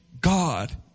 God